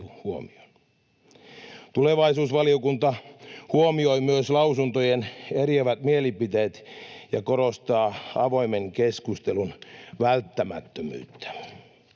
Tulevaisuusvaliokunta huomioi myös lausuntojen eriävät mielipiteet ja korostaa avoimen keskustelun välttämättömyyttä.